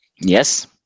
Yes